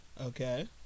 Okay